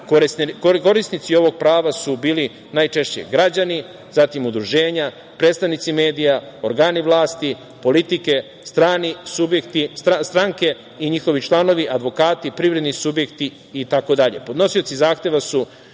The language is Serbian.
ovog prava su bili najčešće građani, zatim udruženja, predstavnici medija, organi vlasti, politike, strani subjekti, stranke i njihovi članovi, advokati, privredni subjekti itd.